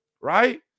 Right